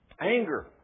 Anger